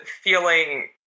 feeling